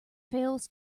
fails